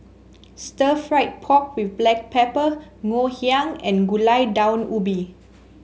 Stir Fried Pork with Black Pepper Ngoh Hiang and Gulai Daun Ubi